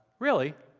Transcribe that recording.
really?